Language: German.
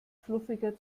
fluffiger